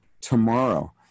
tomorrow